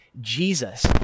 Jesus